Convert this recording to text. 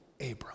Abram